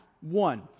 One